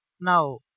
Now